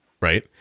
right